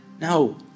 No